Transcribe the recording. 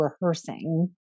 rehearsing